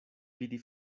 vidi